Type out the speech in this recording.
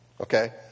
okay